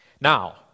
Now